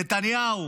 נתניהו